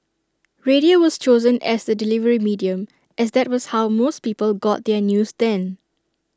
radio was chosen as the delivery medium as that was how most people got their news then